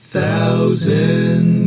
Thousand